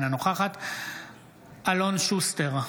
אינה נוכחת אלון שוסטר,